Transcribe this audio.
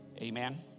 amen